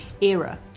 era